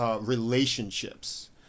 Relationships